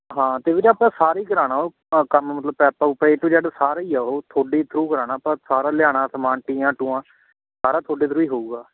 ਹਾਂ ਅਤੇ ਵੀਰ ਆਪਾਂ ਸਾਰੇ ਹੀ ਕਰਾਉਣਾ ਉਹ ਕੰਮ ਮਤਲਬ ਪਾਇਪਾਂ ਪੁਇਪਾਂ ਏ ਟੂ ਜੈੱਡ ਸਾਰਾ ਹੀ ਆ ਉਹ ਤੁਹਾਡੇ ਥਰੂ ਕਰਾਉਣਾ ਆਪਾਂ ਸਾਰਾ ਲਿਆਉਣਾ ਸਮਾਨ ਟੀਆਂ ਟੂਆਂ ਸਾਰਾ ਤੁਹਾਡੇ ਥਰੂ ਹੀ ਹੋਊਗਾ